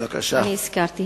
בבקשה.